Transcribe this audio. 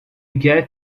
get